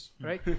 right